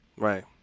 Right